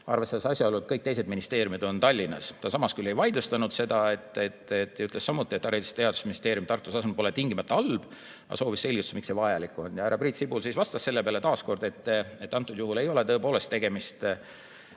arvestades asjaolu, et kõik teised ministeeriumid on Tallinnas. Ta samas küll ei vaidlustanud seda. Ütles samuti, et Haridus‑ ja Teadusministeeriumi Tartus asumine pole tingimata halb, aga soovis selgitust, miks see vajalik on. Härra Priit Sibul vastas selle peale taas kord, et antud juhul ei ole tõepoolest tegemist